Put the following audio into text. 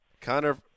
Connor